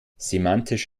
semantisch